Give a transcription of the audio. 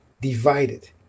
divided